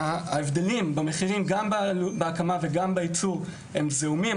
ההבדלים במחירי ההקמה והייצור הם זעומים,